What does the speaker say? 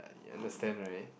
you understand right